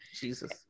Jesus